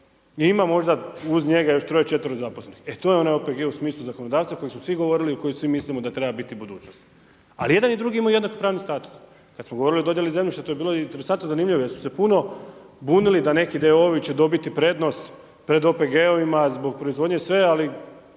Ima možda uz njega još 3-4 zaposlenih. E to je onaj OPG u smislu zakonodavca, koji su svi govorili i koji svi mislimo da treba biti budućnost. Ali jedan i drugi imaju jednak pravni status. Kada smo govorili o dodjeli zemljišta, to je bilo interesantno zanimljivo, jer su se puno bunili, da neki d.o.o. će dobiti prednost pred OPG-ovima zbog proizvodnje i sve, ali